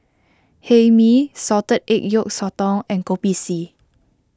Hae Mee Salted Egg Yolk Sotong and Kopi C